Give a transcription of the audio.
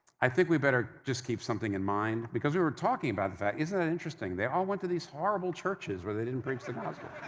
i think we better just keep something in mind, because we were talking about the fact, isn't that interesting? they all went to these horrible churches where they didn't preach the gospel.